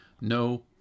No